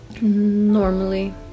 normally